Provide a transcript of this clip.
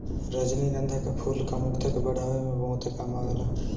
रजनीगंधा के फूल कामुकता के बढ़ावे में बहुते काम आवेला